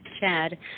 Chad